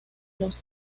los